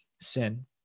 sin